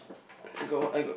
I got what I got